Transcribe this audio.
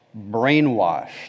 brainwashed